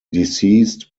deceased